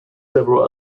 several